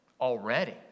Already